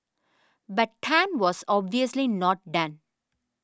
but Tan was obviously not done